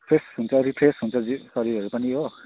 fresh हुन्छ refresh हुन्छ जिउ शरीर पनि हो